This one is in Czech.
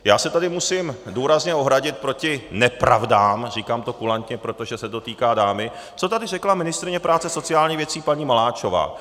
Já se tady musím důrazně ohradit proti nepravdám říkám to kulantně, protože se to týká dámy co tady řekla ministryně práce a sociálních věcí paní Maláčová.